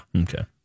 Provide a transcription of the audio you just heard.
Okay